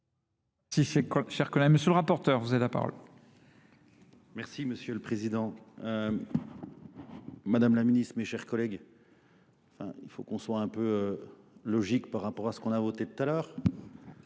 avec les pénalités. Monsieur rapporteur, vous êtes à parole. Merci, monsieur le Président. Madame la Ministre, mes chers collègues, il faut qu'on soit un peu logique par rapport à ce qu'on a voté tout à l'heure.